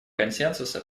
консенсуса